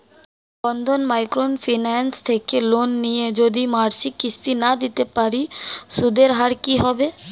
বন্ধন micro finance থেকে loan নিয়ে যদি মাসিক কিস্তি না দিতে পারি সুদের হার কি হবে?